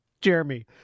Jeremy